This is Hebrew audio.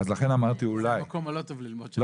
זה המקום הלא טוב ללמוד ממנו.